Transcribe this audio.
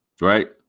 right